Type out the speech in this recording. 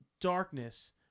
Darkness